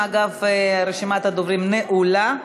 אגב, רשימת הדוברים נעולה.